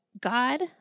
God